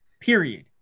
period